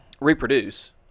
reproduce